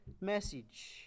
message